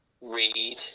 read